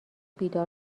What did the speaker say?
بیدار